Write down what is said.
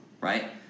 right